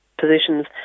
positions